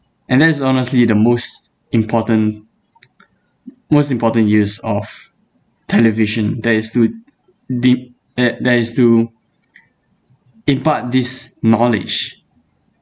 and that's honestly the most important most important use of television that is to deep that that is to impart this knowledge